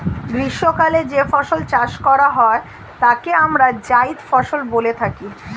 গ্রীষ্মকালে যে ফসল চাষ হয় তাকে আমরা জায়িদ ফসল বলে থাকি